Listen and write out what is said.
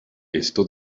esto